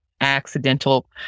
accidental